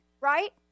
right